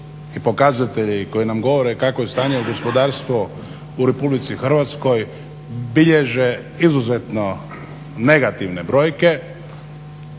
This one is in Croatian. i pokazatelji koji nam govore kakvo je stanje u gospodarstvu u RH bilježe izuzetno negativne brojke